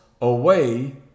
away